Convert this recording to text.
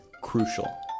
crucial